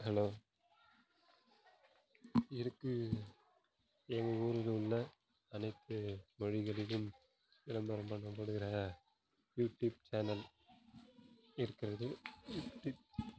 hello இருக்குது எங்கூரில் உள்ள அனைத்து தொழில்களிலும் விளம்பரம் பண்ணப்படுகிற யூடியூப் சேனல் இருக்கிறது யூடியூப்